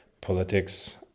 politics